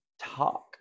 talk